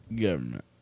Government